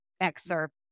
excerpt